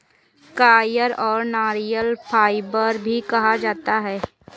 coir को नारियल fibre भी कहा जाता है